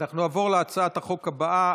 אנחנו נעבור להצעת החוק הבאה,